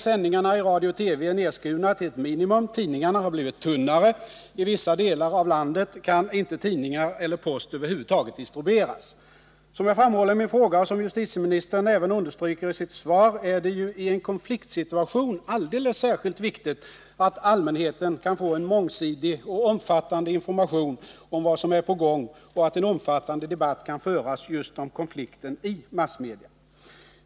Sändningarna i radio och TV är nedskurna till ett minimum, tidningarna har blivit tunnare, i vissa delar av landet kan inte tidningar eller post över huvud taget distribueras. Som jag framhåller i min fråga och som justitieministern även understryker i sitt svar är det ju i en konfliktsituation alldeles särskilt viktigt att allmänheten kan få en mångsidig och omfattande information om vad som är på gång och att en omfattande debatt kan föras just om konflikten i massmedia.